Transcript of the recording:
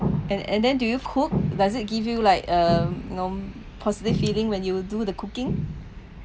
and and then do you cook does it give you like a norm positive feeling when you do the cooking